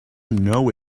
know